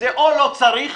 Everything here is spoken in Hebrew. או לא צורך,